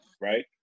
right